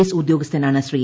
S ഉദ്യോഗസ്ഥനാണ് ശ്രീ